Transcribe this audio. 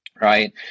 Right